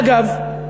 אגב,